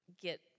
get